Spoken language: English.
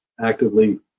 actively